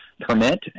permit